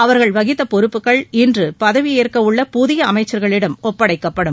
அவர்கள் வகித்த பொறுப்புகள் இன்று பதவியேற்கவுள்ள புதிய அமைச்சர்களிடம் ஒப்படைக்கப்படும்